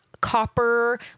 copper